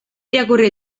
irakurri